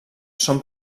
són